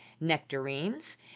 nectarines